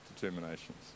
determinations